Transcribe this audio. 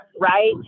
right